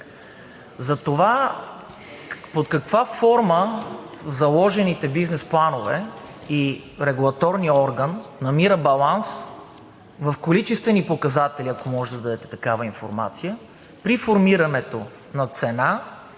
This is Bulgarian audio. Затова под каква форма заложените бизнес планове и регулаторният орган намират баланс в количествени показатели? Ако може да дадете такава информация при формирането на цена